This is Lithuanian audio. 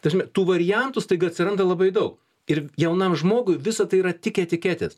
ta prasme tų variantų staiga atsiranda labai daug ir jaunam žmogui visa tai yra tik etiketės